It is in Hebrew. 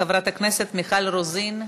חברת הכנסת מיכל רוזין.